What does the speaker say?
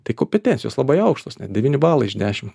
tai kompetencijos labai aukštos net devyni balai iš dešim